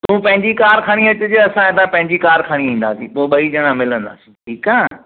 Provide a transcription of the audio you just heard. तूं पंहिंजी कार खणी अचिजे असां हिता पंहिंजी कार खणी ईंदासीं पोइ ॿई ॼणा मिलंदासीं ठीकु आहे